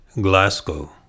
Glasgow